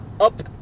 up